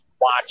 watch